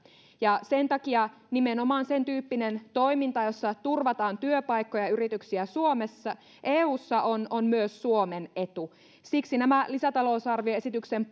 ja sen takia nimenomaan sentyyppinen toiminta jossa turvataan työpaikkoja ja yrityksiä eussa on on myös suomen etu siksi nämä lisätalousarvioesityksen